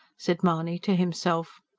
said mahony to himself.